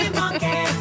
monkey